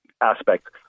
aspects